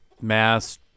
mass